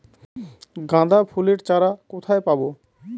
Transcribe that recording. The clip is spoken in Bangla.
গাঁদা ফুলের চারা কোথায় পাবো?